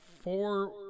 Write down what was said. four